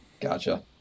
Gotcha